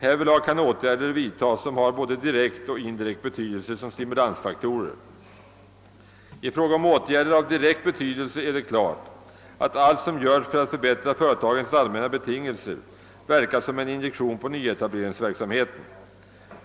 Härvidlag kan åtgärder vidtas som har både direkt och indirekt betydelse som stimulansfaktorer. I fråga om åtgärder av direkt betydelse är det klart, att allt som göres för att förbättra företagens allmänna betingelser verkar som en injektion på nyetableringsverksamheten.